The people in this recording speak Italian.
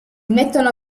mettono